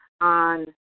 on